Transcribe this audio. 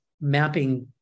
mapping